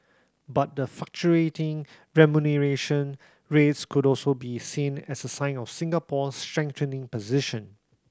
but the fluctuating remuneration rates could also be seen as a sign of Singapore's strengthening position